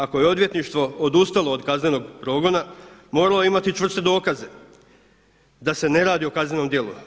Ako je odvjetništvo odustalo od kaznenog progona moralo je imati čvrste dokaze da se ne radi o kaznenom djelu.